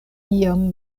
iom